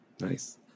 Nice